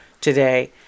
today